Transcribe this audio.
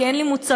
כי אין לי מוצרים.